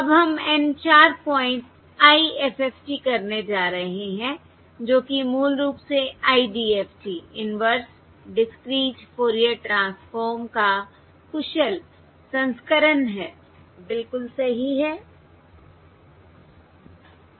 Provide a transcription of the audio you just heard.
अब हम N 4 point point IFFT करने जा रहे हैं जो कि मूल रूप से IDFT inverse discrete Fourier transform का कुशल संस्करण है बिलकुल सही है